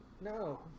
No